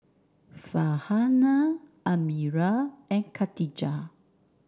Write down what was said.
Farhanah Amirah and Katijah